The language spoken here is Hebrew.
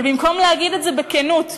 אבל במקום להגיד את זה בכנות,